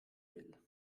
will